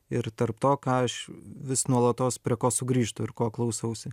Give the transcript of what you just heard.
ir tarp to ką aš vis nuolatos prie ko sugrįžtu ir ko klausausi